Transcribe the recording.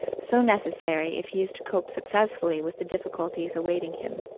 so necessary if he is to cope successfully with the difficulties awaiting him.